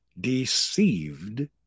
deceived